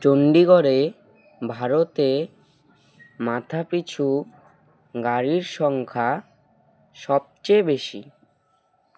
চণ্ডীগড়ে ভারতে মাথাাপিছু গাড়ির সংখ্যা সবচেয়ে বেশি